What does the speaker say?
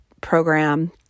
program